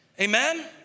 Amen